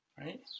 right